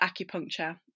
acupuncture